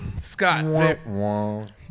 Scott